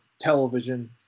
television